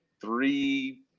three